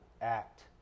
act